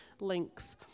links